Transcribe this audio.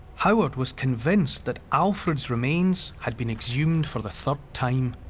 howard was convinced that alfred's remains had been exhumed for the third time.